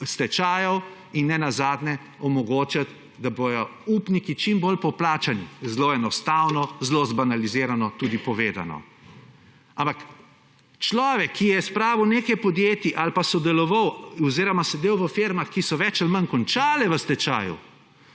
stečajev in nenazadnje omogočiti, da bodo upniki čim bolj poplačani, zelo enostavno, zelo zbanalizirano, tudi povedano. Ampak človek, ki je spravil nekaj podjetij ali pa sodeloval oziroma sedel v firmah, ki so več ali manj končale v stečaju,